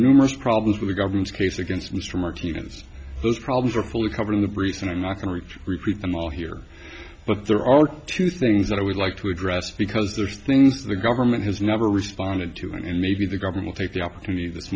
numerous problems with the government's case against mr martinez those problems are fully covered in the briefs and i'm not going to repeat them all here but there are two things that i would like to address because there are things the government has never responded to and maybe the government take the opportunity th